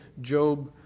Job